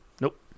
Nope